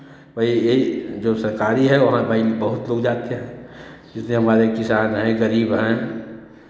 वही यही जो सरकारी है वहाँ भाई बहुत लोग जाते हैं जितने हमारे किसान हैं गरीब हैं